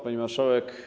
Pani Marszałek!